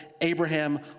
Abraham